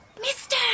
mister